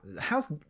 how's